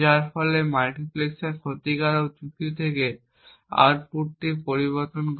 যার ফলে মাল্টিপ্লেক্সার ক্ষতিকারক যুক্তি থেকে আউটপুটটি পরিবর্তন করে